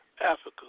Africa